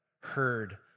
heard